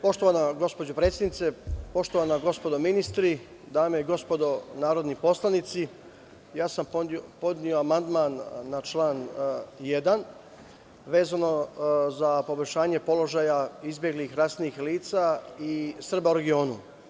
Poštovana gospođo predsednice, poštovana gospodo ministri, dame i gospodo narodni poslanici, podneo sam amandman na član 1. vezano za poboljšanje položaja izbeglih i raseljenih lica i Srba u regionu.